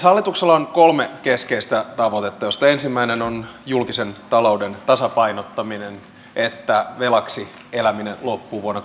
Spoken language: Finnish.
hallituksella on kolme keskeistä tavoitetta joista ensimmäinen on julkisen talouden tasapainottaminen että velaksi eläminen loppuu vuonna